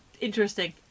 interesting